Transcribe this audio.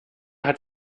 hat